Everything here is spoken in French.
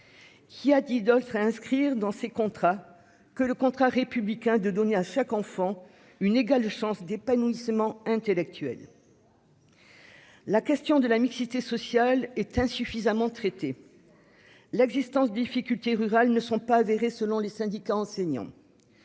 Qui a dit réinscrire dans ces contrats, que le contrat républicain de donner à chaque enfant une égale de chances d'épanouissement intellectuel. La question de la mixité sociale est insuffisamment traitée. L'existence. Difficultés rural ne sont pas avérés, selon les syndicats enseignants.